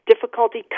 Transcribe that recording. Difficulty